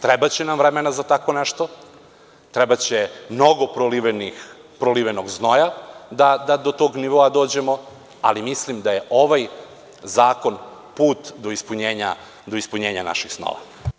Trebaće nam vremena za tako nešto, trebaće mnogo prolivenog znoja da do tog nivoa dođemo, ali mislim da je ovaj zakon put do ispunjenja naših snova.